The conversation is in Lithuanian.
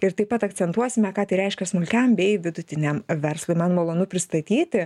ir taip pat akcentuosime ką tai reiškia smulkiam bei vidutiniam verslui man malonu pristatyti